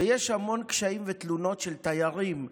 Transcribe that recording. ויש המון קשיים ותלונות של תיירים מהאמירויות,